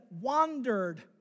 wandered